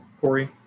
Corey